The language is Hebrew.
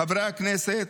חברי הכנסת,